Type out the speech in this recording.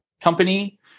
company